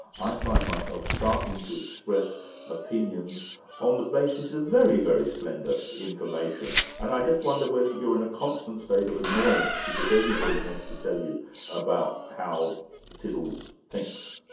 i find myself starting to express opinions on the basis of very, very slender information, and i just wonder whether you're in a constant state of annoyance because everybody wants to tell you about how tiddles thinks.